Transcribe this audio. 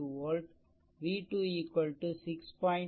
32 volt v2 6